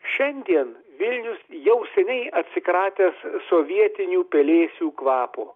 šiandien vilnius jau seniai atsikratęs sovietinių pelėsių kvapo